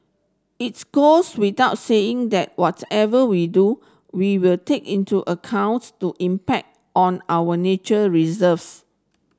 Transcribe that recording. its goes without saying that whatever we do we will take into accounts to impact on our nature reserves